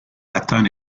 atteint